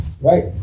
Right